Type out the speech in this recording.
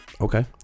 okay